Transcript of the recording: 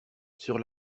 sur